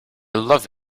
love